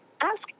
ask